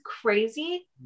crazy